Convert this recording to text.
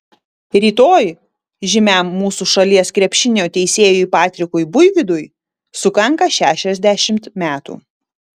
rytoj žymiam mūsų šalies krepšinio teisėjui patrikui buivydui sukanka šešiasdešimt metų